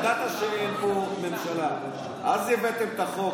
אתה ידעת שאין פה ממשלה, אז הבאתם את החוק.